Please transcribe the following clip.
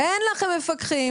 אין לכם מפקחים,